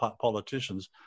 politicians